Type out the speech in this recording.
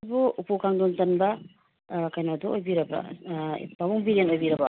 ꯁꯤꯕꯨ ꯎꯄꯨ ꯀꯥꯡꯗꯣꯟ ꯆꯟꯕ ꯀꯩꯅꯣꯗꯨ ꯑꯣꯏꯕꯤꯔꯕ꯭ꯔꯥ ꯄꯥꯕꯨꯡ ꯕꯤꯔꯦꯟ ꯑꯣꯏꯕꯤꯔꯕꯣ